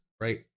right